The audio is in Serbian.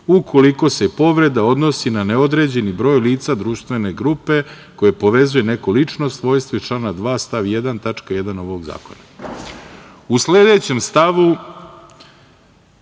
ukoliko se povreda odnosi na neodređeni broj lica društvene grupe koje povezuje neko lično svojstvo iz člana 2. stav 1. tačka 1) ovog zakona.U sledećem stavu